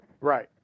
Right